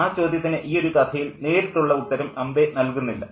ആ ചോദ്യത്തിന് ഈയൊരു കഥയിൽ നേരിട്ടുള്ള ഒരു ഉത്തരം അംബൈ നൽകുന്നില്ല